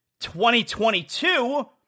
2022